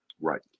Right